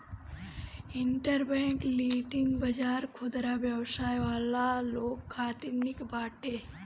interbank lending बाजार खुदरा व्यवसाय वाला लोग खातिर निक बाटे